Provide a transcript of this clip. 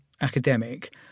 academic